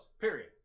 period